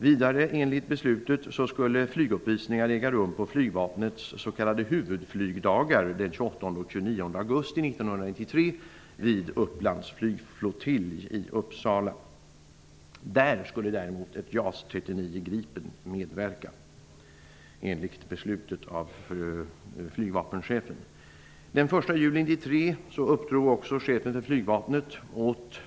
Vidare skulle enligt beslutet flyguppvisningar äga rum på flygvapnets s.k. huvudflygdagar den 28 och 29 Där skulle däremot ett JAS 39 Gripen medverka enligt beslutet av flygvapenchefen.